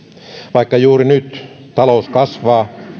vaikka juuri nyt talous kasvaa